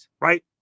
right